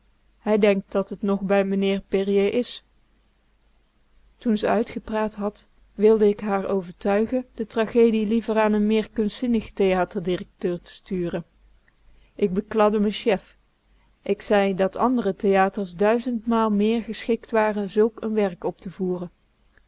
hij denkt dat t nog bij meneer périer is toen ze uitgepraat had wilde k haar overtuigen de tragedie liever aan n meer kunstzinnig theaterdirecteur te sturen ik bekladde m'n chef ik zei dat andere theaters duizend maal meer geschikt waren zulk een werk op te voeren